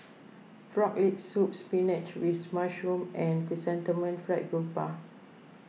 Frog Leg Soup Spinach with Mushroom and Chrysanthemum Fried Garoupa